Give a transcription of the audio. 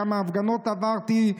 כמה הפגנות עברתי,